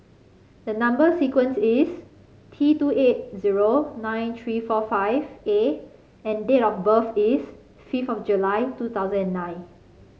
the number sequence is T two eight zero nine three four five A and date of birth is fifth of July two thousand and nine